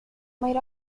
might